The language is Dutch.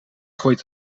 gooit